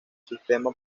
sistema